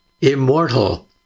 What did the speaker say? immortal